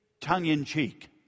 tongue-in-cheek